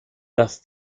dass